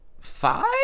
five